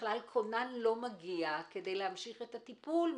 בכלל כונן לא מגיע כדי להמשיך את הטיפול,